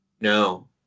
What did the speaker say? No